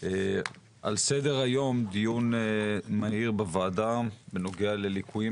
על סדר-היום דיון מהיר בוועדה בנוגע לליקויים